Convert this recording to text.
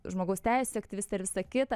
žmogaus teisių aktyvistė ir visa kita